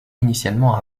initialement